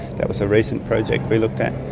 that was a recent project we looked at,